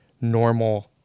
normal